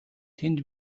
тэнд